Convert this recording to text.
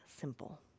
simple